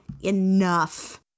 enough